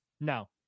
No